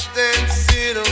dancing